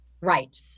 Right